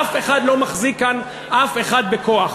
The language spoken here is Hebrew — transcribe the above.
אף אחד לא מחזיק כאן אף אחד בכוח.